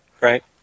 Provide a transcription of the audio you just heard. Right